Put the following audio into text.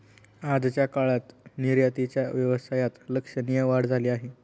आजच्या काळात निर्यातीच्या व्यवसायात लक्षणीय वाढ झाली आहे